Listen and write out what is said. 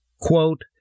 Quote